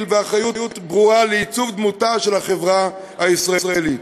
ואחריות ברורה לעיצוב דמותה של החברה הישראלית,